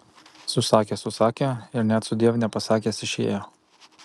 susakė susakė ir net sudiev nepasakęs išėjo